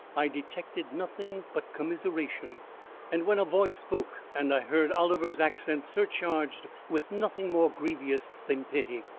i detected nothing but commiseration and when a voice spoke and i heard oliver's accents surcharged with nothing more grievous than pity,